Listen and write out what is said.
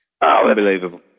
Unbelievable